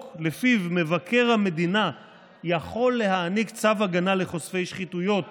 שלפיו מבקר המדינה יכול להעניק צו הגנה לחושפי שחיתויות